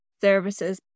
services